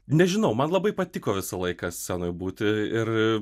nežinau man labai patiko visą laiką scenoj būti ir